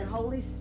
Holy